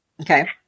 Okay